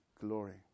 glory